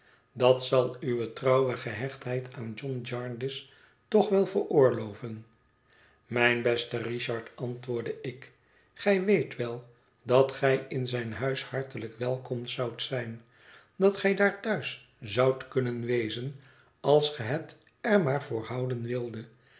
dat zal uwe trouwe gehechtheid aan john jarndyce toch wel veroorloven mijn beste richard antwoordde ik gij weet wel dat gij in zijn huis hartelijk welkom zoudt zijn dat gij daar thuis zoudt kunnen wezen als ge het er maar voor houden wildet